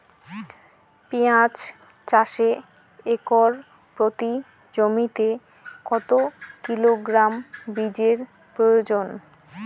পেঁয়াজ চাষে একর প্রতি জমিতে কত কিলোগ্রাম বীজের প্রয়োজন?